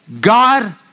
God